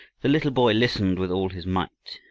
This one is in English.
the little boy listened with all his might.